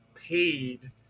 paid